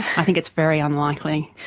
i think it's very unlikely.